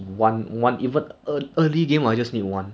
no troll whatever he open I I I go there